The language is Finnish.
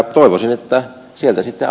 toivoisin että sieltä sitä